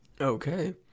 Okay